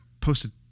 posted